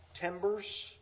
timbers